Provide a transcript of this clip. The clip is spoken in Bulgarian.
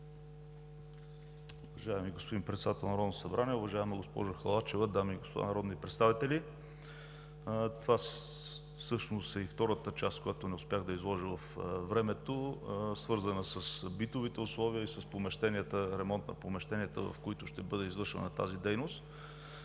Уважаеми господин Председател на Народното събрание, уважаема госпожо Халачева, дами и господа народни представители! Това всъщност е и втората част, която не успях да изложа във времето, свързана с битовите условия и с ремонт на помещенията, в които ще бъде извършвана тази дейност.